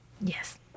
Yes